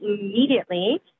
immediately